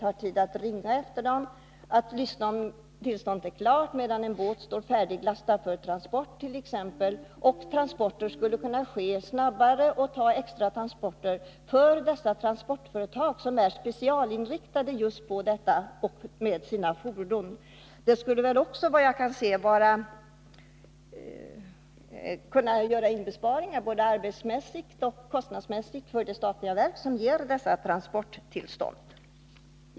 att vid dröjsmål ringa och höra efter om tillståndet är klart, medan båtar står färdiglastade för transport. Transporterna skulle kunna ske snabbare, och transportföretagen skulle kunna ta extra transporter med kort varsel eftersom de är speciellt inriktade på just detta med sina fordon. Det skulle Nr 119 också, vad jag kan se, kunna göras besparingar både arbetsmässigt och Tisdagen den kostnadsmässigt för de statliga verk som ger dessa transporttillstånd.